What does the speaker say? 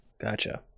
Gotcha